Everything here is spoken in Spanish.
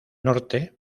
norte